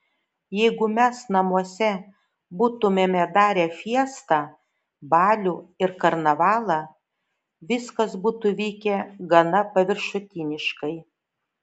jeigu mes namuose būtumėme darę fiestą balių ir karnavalą viskas būtų vykę gana paviršutiniškai